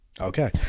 Okay